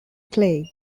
clay